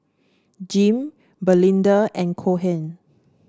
Jim Belinda and Cohen